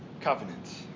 covenant